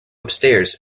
upstairs